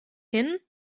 hin